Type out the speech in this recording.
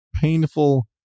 painful